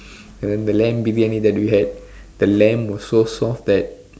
and then the lamb Briyani we had the lamb was so soft that